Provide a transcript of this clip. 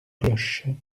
cloches